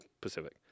Pacific